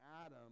Adam